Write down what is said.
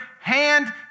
hand